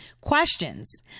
questions